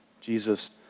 Jesus